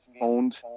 owned